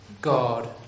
God